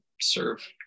serve